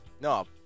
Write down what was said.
No